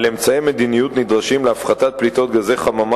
על אמצעי מדיניות נדרשים להפחתת פליטות גזי חממה